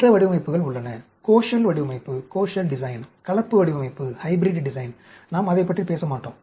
மற்ற வடிவமைப்புகள் உள்ளன கோஷல் வடிவமைப்பு கலப்பு வடிவமைப்பு நாம் அதைப் பற்றி பேச மாட்டோம்